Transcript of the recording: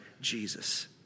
Jesus